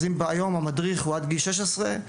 אז אם היום המדריך הוא עד גיל שש עשרה,